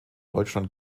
deutschland